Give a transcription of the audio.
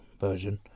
version